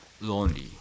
lonely